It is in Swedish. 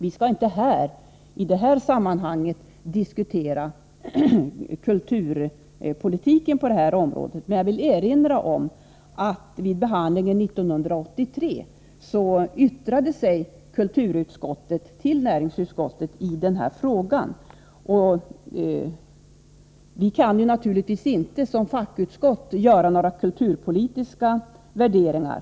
Vi skall inte i detta sammanhang diskutera kulturpolitiken på det här området, men jag vill erinra om att kulturutskottet vid behandlingen 1983 av denna fråga avgav ett yttrande till näringsutskottet. Naturligtvis kan inte näringsutskottet som fackutskott göra några kulturpolitiska värderingar.